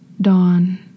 Dawn